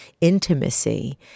intimacy